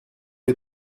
est